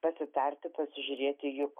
pasitarti pasižiūrėti juk